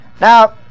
now